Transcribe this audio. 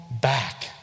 back